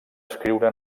escriure